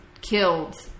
killed